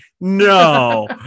No